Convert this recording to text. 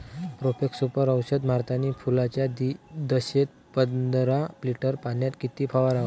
Profex Super औषध मारतानी फुलाच्या दशेत पंदरा लिटर पाण्यात किती फवाराव?